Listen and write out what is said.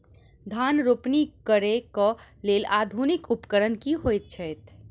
धान रोपनी करै कऽ लेल आधुनिक उपकरण की होइ छथि?